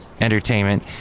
Entertainment